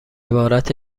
عبارت